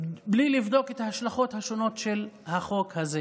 בלי לבדוק את ההשלכות השונות של החוק הזה.